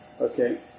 Okay